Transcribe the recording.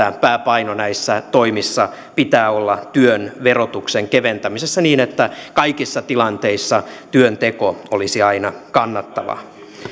pääpaino näissä toimissa pitää olla työn verotuksen keventämisessä niin että kaikissa tilanteissa työnteko olisi aina kannattavaa